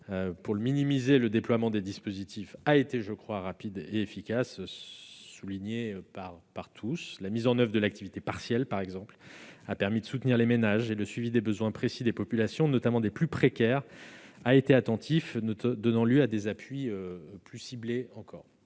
particuliers, le déploiement des divers dispositifs a été, je crois, rapide et efficace, et souligné par tous. La mise en oeuvre de l'activité partielle, par exemple, a permis de soutenir les ménages. Le suivi des besoins précis des populations, notamment des plus précaires, a été attentif ; il a donné lieu, quand c'était nécessaire, à des appuis plus ciblés encore.